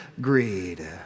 greed